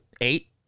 eight